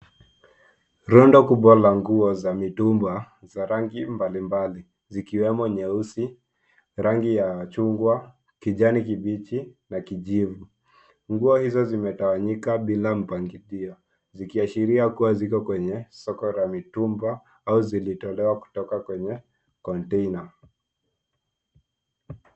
Rundo kubwa la nguo za mitumba za rangi mbalimbali zikiwemo nyeusi, rangi ya chungwa, kijani kibichi na kijivu. Nguo hizo zimetawanyika bila mpangilio, zikiashiria kuwa ziko kwenye soko la mitumba au zilizotolewa kutoka kwenye kontena.